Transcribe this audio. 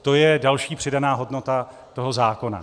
To je další přidaná hodnota toho zákona.